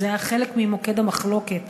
וזה היה חלק ממוקד המחלוקת.